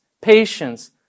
patience